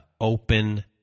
open